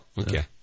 okay